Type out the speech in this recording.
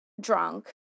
drunk